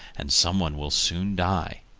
and some one will soon die.